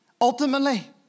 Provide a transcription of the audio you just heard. Ultimately